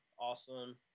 awesome